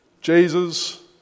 Jesus